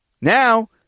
Now